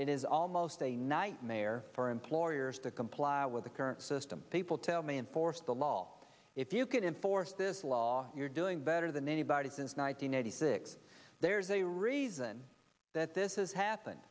is almost a nightmare for employers to comply with the current system people tell me enforce the law if you can enforce this law you're doing better than anybody since one thousand nine hundred sixty there's a reason that this has happened